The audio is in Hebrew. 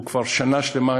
הוא עובד כבר שנה שלמה.